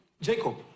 Jacob